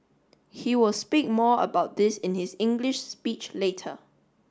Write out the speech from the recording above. he will speak more about this in his English speech later